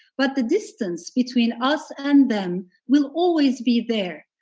but the distance between us and them will always be there,